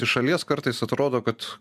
iš šalies kartais atrodo kad